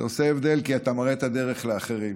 זה עושה הבדל כי אתה מראה את הדרך לאחרים,